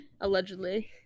Allegedly